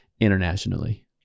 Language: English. internationally